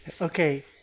Okay